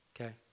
Okay